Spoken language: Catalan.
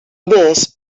més